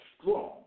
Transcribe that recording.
strong